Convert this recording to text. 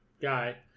guy